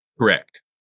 correct